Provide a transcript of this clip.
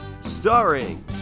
starring